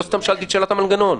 לא סתם שאלתי את שאלת המנגנון.